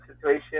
situation